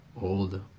Old